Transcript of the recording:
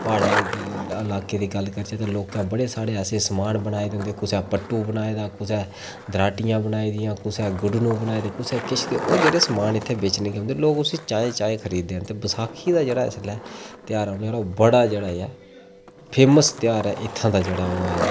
प्हाड़े लाकें दी गल्ल करचै तां लोकें बड़े सारे ऐसे समान बनाए दे होंदे कुसै पट्टू बनाए दा कुसै दराटियां बनाई दियां कुसै गुड्डनू बनाए दे कुसै किश ते ओह् जेह्ड़े इत्थै बेचने गी औंदे लोग उसी चाएं चाएं खरीददे न ते बसाखी दा जेह्ड़ा इसलै तेहार औने आह्ला ओह् बड़ा जेह्ड़ा ऐ फेमस तेहार ऐ इत्थै दा जेह्ड़ा ओह् ऐ